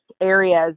areas